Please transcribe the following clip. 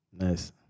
nice